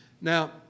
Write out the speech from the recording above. Now